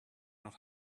not